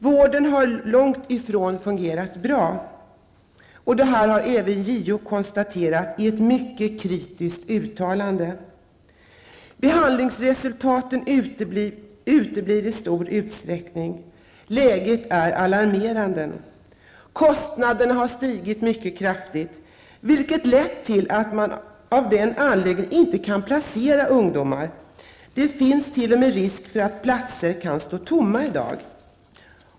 Vården har långt ifrån fungerat bra, och det har även JO konstaterat i ett mycket kritiskt uttalande. Behandlingsresultaten uteblir i stor utsträckning. Läget är alarmerande. Kostnaderna har stigit mycket kraftigt, vilket lett till att en del ungdomar inte kan placeras. Det finns t.o.m. risk för att platser kan stå tomma i dag.